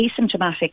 asymptomatic